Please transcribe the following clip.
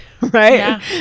right